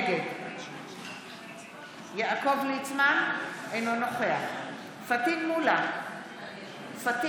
נגד יעקב ליצמן, אינו נוכח פטין מולא,